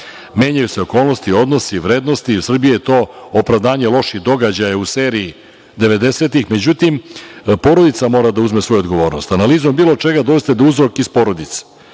Menjaju se okolnosti, odnosi, vrednosti, jer Srbiji je to opravdanje loših događaja u seriji 90-ih godina, međutim, porodica mora da uzme svoju odgovornost. Analizom bilo čega dolazite da je uzrok iz porodice.